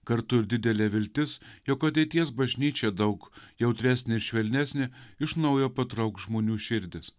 kartu ir didelė viltis jog ateities bažnyčia daug jautresnė ir švelnesnė iš naujo patrauks žmonių širdis